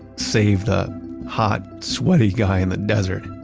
save the hot, sweaty guy in the desert'.